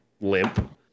limp